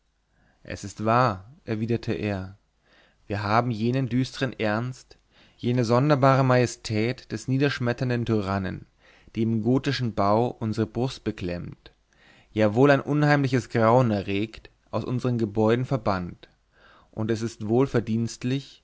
es ist wahr erwiderte er wir haben jenen düstern ernst jene sonderbare majestät des niederschmetternden tyrannen die im gotischen bau unsere brust beklemmt ja wohl ein unheimliches grauen erregt aus unseren gebäuden verbannt und es ist